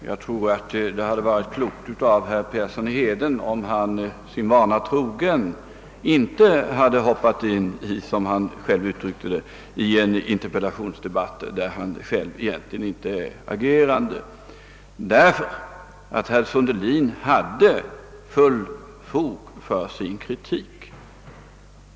Herr talman! Jag tror att det hade varit klokt av herr Persson i Heden, om han sin vana trogen inte hade hoppat in, som han själv uttryckte det, i en interpellationsdebatt där han egentligen inte hör till de agerande, ty herr Sundelin hade fullt fog för sin kritik.